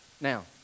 now